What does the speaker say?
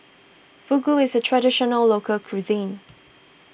Fugu is a Traditional Local Cuisine